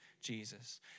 Jesus